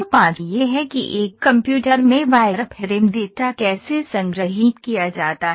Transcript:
5 यह है कि एक कंप्यूटर में वायरफ्रेम डेटा कैसे संग्रहीत किया जाता है